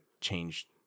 change